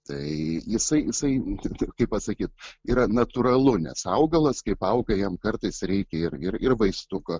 tai jisai jisai taip kaip pasakyt yra natūralu nes augalas kaip auga jam kartais reikia ir ir vaistuko